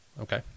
Okay